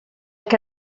que